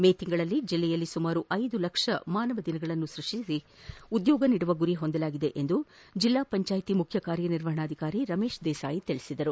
ಮೇ ತಿಂಗಳಲ್ಲಿ ಜಿಲ್ಲೆಯಲ್ಲಿ ಸುಮಾರು ಐದು ಲಕ್ಷ ಮಾನವ ದಿನಗಳನ್ನು ಸೃಜಿಸಿ ಉದ್ಯೋಗ ನೀಡುವ ಗುರಿ ಹೊಂದಲಾಗಿದೆ ಎಂದು ಜಿಲ್ಲಾ ಪಂಚಾಯಿತಿ ಮುಖ್ಯ ಕಾರ್ಯನಿರ್ವಹಣಾಧಿಕಾರಿ ರಮೇಶ ದೇಸಾಯಿ ತಿಳಿಸಿದ್ದಾರೆ